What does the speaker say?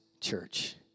Church